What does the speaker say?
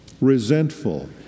resentful